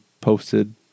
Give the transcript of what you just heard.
posted